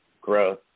growth